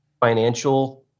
financial